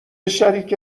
شریک